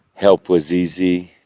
help was easy.